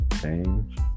change